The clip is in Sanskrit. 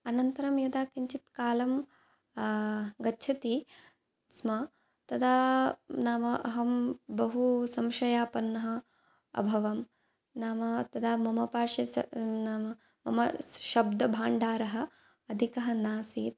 अनन्तरं यदा किञ्चित् कालं गच्छति स्म तदा नाम अहं बहुसंशयापन्नः अभवं नाम तदा मम पार्श्वे नाम शब्दभण्डारः अधिकः नासीत्